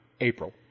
April